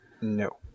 No